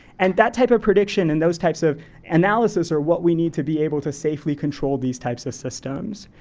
and that type of prediction and those types of analysis are what we need to be able to safely control these types of systems.